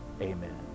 amen